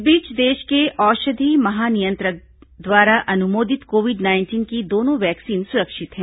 इस बीच देश के औषधि महानियंत्रक द्वारा अनुमोदित कोविड नाइंटीन की दोनों वैक्सीन सुरक्षित हैं